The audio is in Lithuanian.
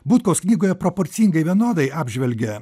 butkaus knygoje proporcingai vienodai apžvelgia